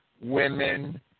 women